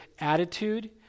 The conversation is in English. attitude